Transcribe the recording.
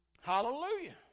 Hallelujah